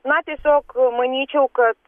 na tiesiog manyčiau kad